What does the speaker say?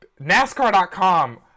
NASCAR.com